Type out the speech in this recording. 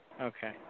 Okay